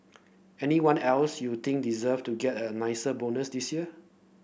anyone else you think deserve to get a nicer bonus this year